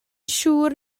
siŵr